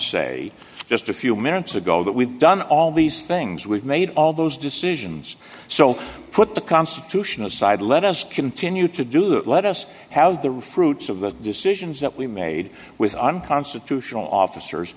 say just a few minutes ago that we've done all these things we've made all those decisions so put the constitution aside let us continue to do that let us how the fruits of the decisions that we made with unconstitutional officers